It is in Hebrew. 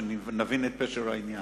שנבין את פשר העניין.